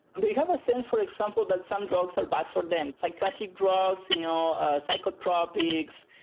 they have a sense, for example, that some drugs are bad for them, psychiatric drugs, you know ah psychotropics,